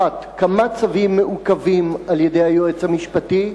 1. כמה צווים מעוכבים על-ידי היועץ המשפטי?